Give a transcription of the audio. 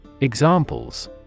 Examples